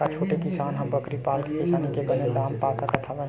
का छोटे किसान ह बकरी पाल के किसानी के बने दाम पा सकत हवय?